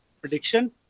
prediction